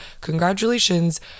congratulations